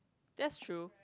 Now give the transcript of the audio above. that's true